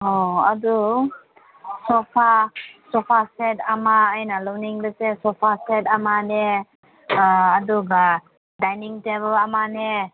ꯑꯣ ꯑꯗꯨ sofa sofa set ꯑꯃ ꯑꯩꯅ ꯂꯧꯅꯤꯡꯕꯁꯦ ꯁꯣꯐꯥ ꯁꯦꯠ ꯑꯃꯅꯦ ꯑꯗꯨꯒ ꯗꯥꯏꯅꯤꯡ ꯇꯦꯕꯜ ꯑꯃꯅꯦ